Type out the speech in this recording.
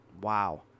wow